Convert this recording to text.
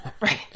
Right